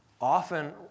Often